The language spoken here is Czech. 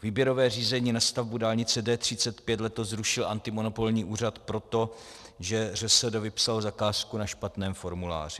Výběrové řízení na stavbu dálnice D35 letos zrušil antimonopolní úřad proto, že ŘSD vypsalo zakázku na špatném formuláři.